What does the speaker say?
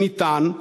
שניתן,